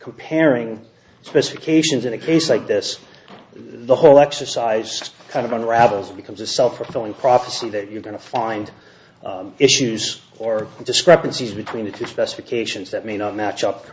comparing specifications in a case like this the whole exercise kind of unravels becomes a self fulfilling prophecy that you're going to find issues or discrepancies between the two specifications that may not match up